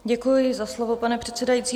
Děkuji za slovo, pane předsedající.